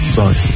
Sorry